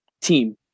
team